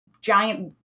giant